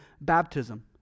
baptism